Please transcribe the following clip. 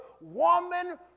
woman